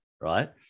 Right